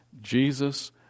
Jesus